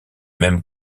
même